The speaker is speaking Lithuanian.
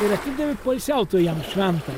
ir atidavė poilsiautojams šventaj